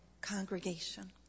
congregation